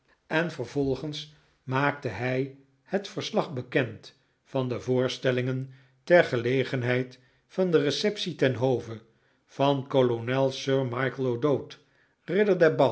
en vervolgens maakte hij het verslag bekend van de voorstellingen ter gelegenheid van de receptie ten hove van kolonel sir michael o'dowd ridder